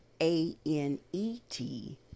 A-N-E-T